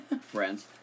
friends